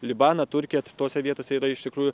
libaną turkiją tose vietose yra iš tikrųjų